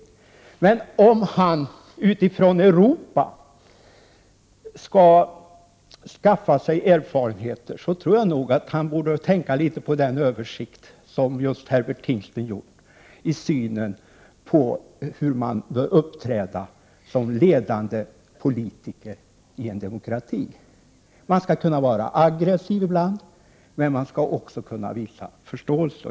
Om Anders Björck utifrån sin ställning i det politiska livet i Europa skall skaffa sig erfarenheter, borde han nog tänka på den översikt som Herbert Tingsten har gjort vad gäller synen på hur man bör uppträda som ledande politiker i en demokrati. Man skall kunna vara aggressiv ibland, men man skall också kunna visa förståelse.